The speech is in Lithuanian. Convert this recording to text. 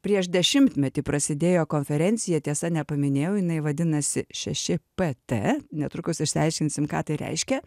prieš dešimtmetį prasidėjo konferencija tiesa nepaminėjau jinai vadinasi šeši pt netrukus išsiaiškinsim ką tai reiškia